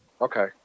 Okay